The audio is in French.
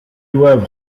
doivent